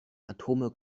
atome